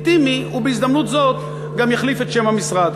לגיטימי, הוא בהזדמנות הזאת גם יחליף את שם המשרד.